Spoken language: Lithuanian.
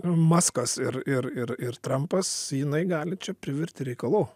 maskas ir ir ir ir trampas jinai gali čia privirti reikalų